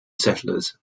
settlers